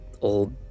old